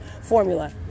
formula